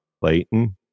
Clayton